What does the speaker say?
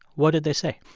what did they say?